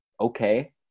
okay